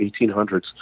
1800s